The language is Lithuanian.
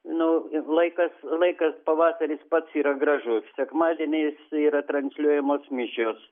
nu ir laikas laikas pavasaris pats yra gražus sekmadieniais yra transliuojamos mišios